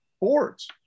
boards